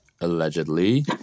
allegedly